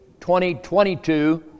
2022